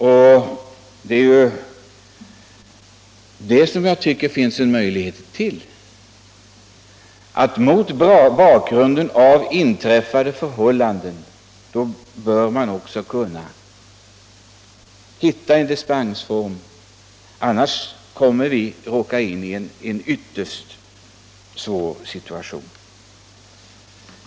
Och det är det som jag tycker det finns en möjlighet till — mot bakgrunden av särskilda förhållanden bör man också kunna hitta exempelvis en dispensform. Annars råkar vi in i en ytterst svår situation.